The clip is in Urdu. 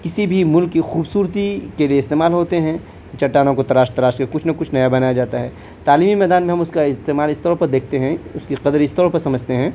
کسی بھی ملک کی خوبصورتی کے لیے استعمال ہوتے ہیں چٹانوں کو تراش تراش کے کچھ نا کچھ نیا بنایا جاتا ہے تعلیمی میدان میں ہم اس کا استعمال اس طور پر دیکھتے ہیں اس کی قدر اس طور پر سمجھتے ہیں